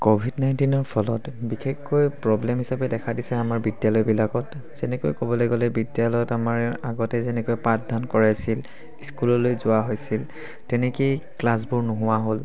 Covid নাইণ্টিনৰ ফলত বিশেষকৈ প্ৰব্লেম হিচাপে দেখা দিছে আমাৰ বিদ্যালয়বিলাকত যেনেকৈ ক'বলৈ গ'লে বিদ্যালয়ত আমাৰ আগতে যেনেকৈ পাঠদান কৰাইছিল স্কুললৈ যোৱা হৈছিল তেনেকেই ক্লাছবোৰ নোহোৱা হ'ল